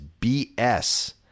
BS